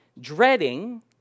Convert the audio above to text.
dreading